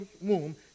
womb